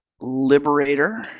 liberator